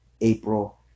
April